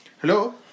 Hello